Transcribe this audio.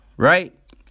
Right